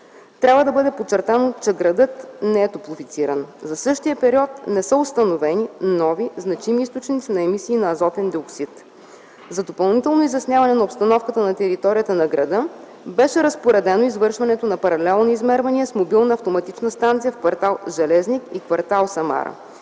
Трябва да бъде подчертано, че градът не е топлофициран. За същия период не са установени нови, значими източници на емисии на азотен диоксид. За допълнително изясняване на обстановката на територията на града беше разпоредено извършването на паралелни измервания с мобилна автоматична станция в кв. „Железник” и кв. „Самара”.